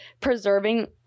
preserving